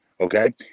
Okay